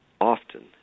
often